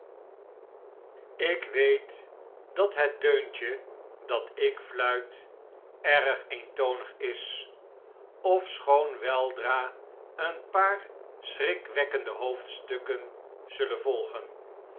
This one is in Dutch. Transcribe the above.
k weet dat het deuntje dat ik fluit erg eentonig is ofschoon weldra een paar schrikwekkende hoofdstukken zullen volgen